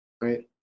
right